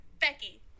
Becky